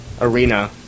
arena